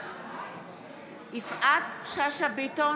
בעד יפעת שאשא ביטון,